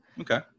Okay